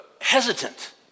hesitant